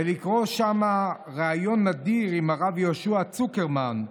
ולקרוא שם ריאיון נדיר עם הרב יהושע צוקרמן,